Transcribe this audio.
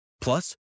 Plus